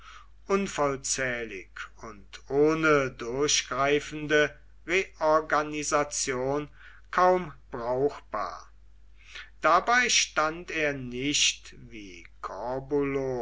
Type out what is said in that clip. unvollzählig und ohne durchgreifende reorganisation kaum brauchbar dabei stand er nicht wie